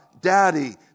Daddy